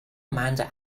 amanda